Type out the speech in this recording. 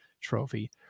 trophy